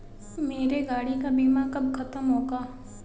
मेरे गाड़ी का बीमा कब खत्म होगा?